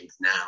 now